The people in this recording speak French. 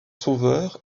sauveur